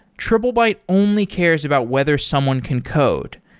triplebyte only cares about whether someone can code.